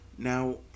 Now